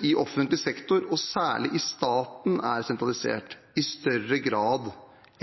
i offentlig sektor, og særlig i staten, er sentralisert i større grad